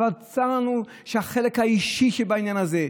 אבל צר לנו שהחלק האישי שבעניין הזה,